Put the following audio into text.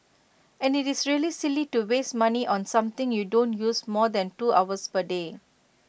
and it's really silly to waste money on something you don't use more than two hours per day